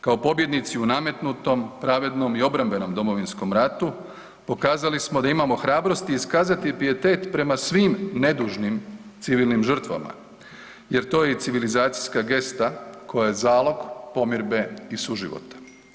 Kao pobjednici u nametnutom, pravednom i obrambenom Domovinskom ratu pokazali smo da imamo hrabrosti iskazati pijetet prema svim nedužnim civilnim žrtvama jer to je i civilizacijska gesta koja je zalog pomirbe i suživota.